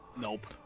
Nope